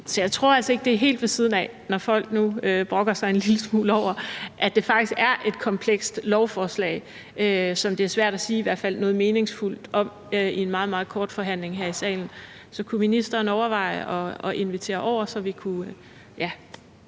Så jeg tror altså ikke, det er helt ved siden af, når folk nu brokker sig en lille smule over, at det faktisk er et komplekst lovforslag, som det i hvert fald er svært at sige noget meningsfuldt om i en meget, meget kort forhandling her i salen. Så kunne ministeren overveje at invitere os over, så vi kunne finde